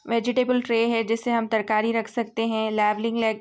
vegetable tray ہے جس سے ہم ترکاری رکھ سکتے ہیں لیبلنگ لیگ